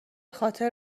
خاطر